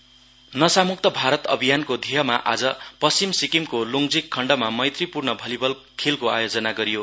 volleyball नशामुक्त भारत अभियानको ध्येयमा आज पश्चिम सिक्किमको लुङजिक खण्डमा मैत्री पूर्ण भलिबल खेलको आयोजना गरियो